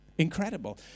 incredible